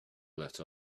let